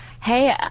Hey